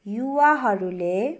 युवाहरूले